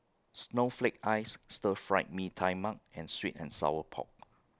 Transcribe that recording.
Snowflake Ice Stir Fried Mee Tai Mak and Sweet and Sour Pork